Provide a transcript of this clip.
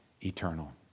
eternal